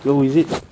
oh is it